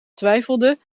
twijfelde